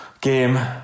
game